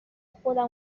خودم